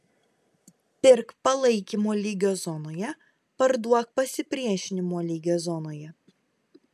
pirk palaikymo lygio zonoje parduok pasipriešinimo lygio zonoje